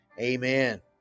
amen